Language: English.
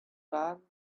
brand